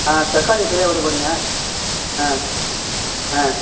ஆ தக்காளி கிலோ எவ்வளோ போட்டிங்க ஆ ஆ